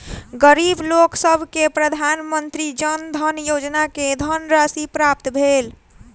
गरीब लोकसभ के प्रधानमंत्री जन धन योजना के धनराशि प्राप्त भेल